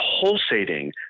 pulsating